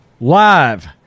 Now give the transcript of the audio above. live